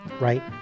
right